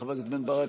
חבר הכנסת בן ברק,